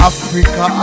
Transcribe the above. Africa